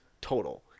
total